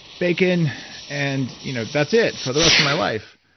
bacon and you know that's it for the rest of my life.